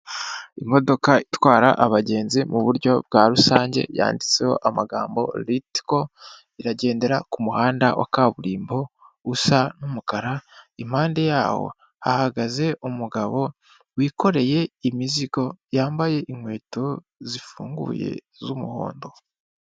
Imodoka itwara abagenzi muburyo bwa rusange, yanditseho amagambo Ritiko iragendera ku muhanda wa kaburimbo usa n'umukara impande yaho hahagaze umugabo wikoreye imizigo yambaye inkweto zifunguye z'umuhondo.